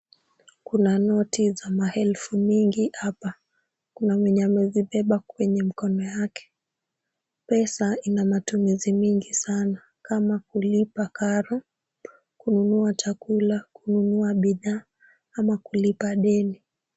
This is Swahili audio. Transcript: Kuna noti za maelfu mingi hapa. Kuna mwenye amezibeba kwenye mkono yake. Pesa ina matumizi mingi sana kama kulipa karo, kununua chakula, kununua bidhaa ama kulipa deni.